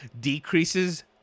decreases